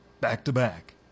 back-to-back